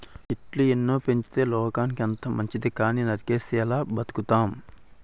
చెట్లు ఎన్ని పెంచితే లోకానికి అంత మంచితి కానీ నరికిస్తే ఎలా బతుకుతాం?